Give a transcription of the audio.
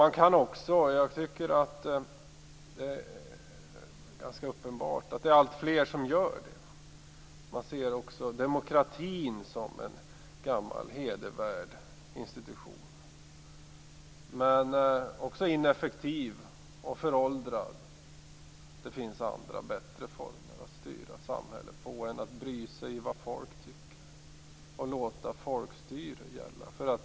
Man kan också, och jag tycker att det är ganska uppenbart att det är alltfler som gör det, se demokratin som en gammal hedervärd institution som också är ineffektiv och föråldrad. Det finns andra bättre former för att styra samhället än att bry sig om vad folk tycker och låta folkstyre gälla.